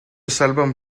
salvan